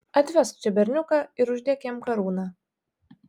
atvesk čia berniuką ir uždėk jam karūną